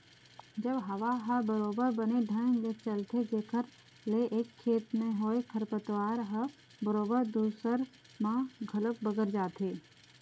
जब हवा ह बरोबर बने ढंग ले चलथे जेखर ले एक खेत म होय खरपतवार ह बरोबर दूसर म घलोक बगर जाथे